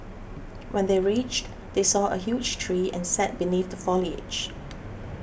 when they reached they saw a huge tree and sat beneath the foliage